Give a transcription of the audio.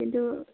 खिन्थु